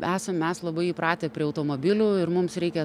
esam mes labai įpratę prie automobilių ir mums reikia